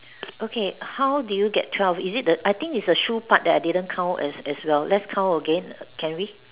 okay how do you get twelve is it the I think it's the shoe part that I didn't count as as well let's count again can we